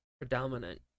predominant